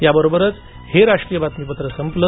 या बरोबरच हे राष्ट्रीय बातमीपत्र संपलं